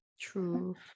true